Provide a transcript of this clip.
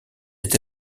est